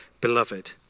Beloved